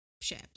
ship